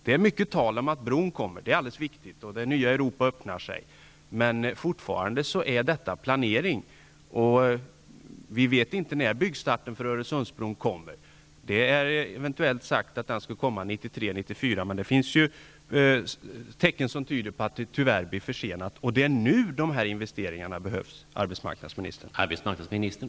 Det talas om att den nya bron kommer och att det nya Europa öppnar sig, men Öresundsbron är fortfarande på planeringsstadiet och vi vet inte när byggstarten kommer att ske. Det är sagt att det eventuellt blir 1993 eller 1994, men det finns tecken som tyder på att bron tyvärr blir försenad. Det är nu som de här investeringarna behövs, arbetsmarknadsministern.